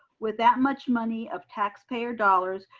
with that much money of taxpayer dollars,